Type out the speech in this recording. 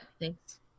Thanks